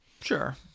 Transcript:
Sure